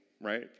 right